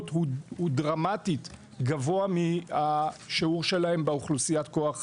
הוא דרמטית גבוה מהשיעור שלהם באוכלוסייה כוח האדם.